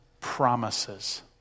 promises